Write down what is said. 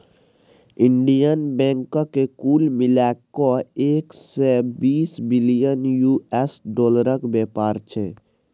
Indian बैंकक कुल मिला कए एक सय बीस बिलियन यु.एस डालरक बेपार छै